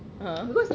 (uh huh)